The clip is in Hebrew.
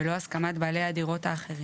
בלא הסכמת בעלי הדירות האחרים,